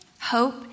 Hope